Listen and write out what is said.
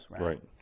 right